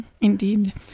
Indeed